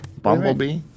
Bumblebee